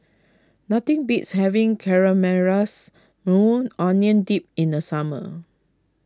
nothing beats having Caramelized Maui Onion Dip in the summer